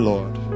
Lord